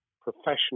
professional